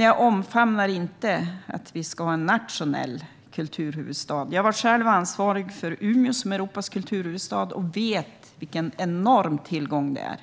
jag omfamnar inte att vi ska ha en nationell kulturhuvudstad. Jag var själv ansvarig för Umeå, som var Europas kulturhuvudstad, och vet vilken enorm tillgång det är.